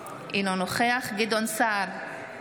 אינו נוכח גדעון סער,